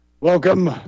welcome